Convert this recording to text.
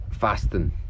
Fasting